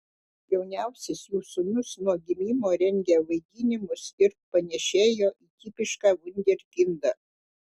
jauniausias jų sūnus nuo gimimo rengė vaidinimus ir panėšėjo į tipišką vunderkindą